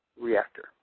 reactor